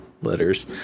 letters